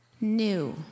new